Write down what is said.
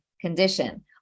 condition